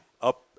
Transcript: up